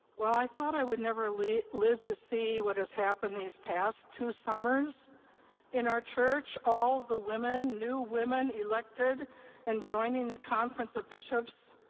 well, i thought i would never live live to see what has happened these past two summers in our church. all the women, new women, elected and joining the conference of bishops,